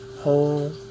whole